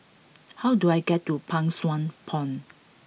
how do I get to Pang Sua Pond